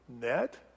net